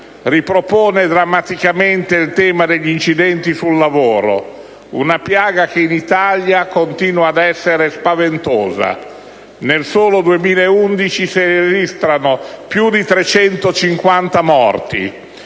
ripropone drammaticamente il tema degli incidenti sul lavoro, una piaga che in Italia continua ad essere spaventosa: nel solo 2011 si registrano più di 350 morti.